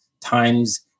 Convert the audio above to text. times